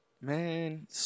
Man